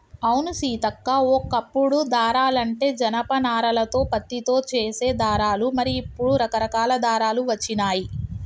అవును సీతక్క ఓ కప్పుడు దారాలంటే జనప నారాలతో పత్తితో చేసే దారాలు మరి ఇప్పుడు రకరకాల దారాలు వచ్చినాయి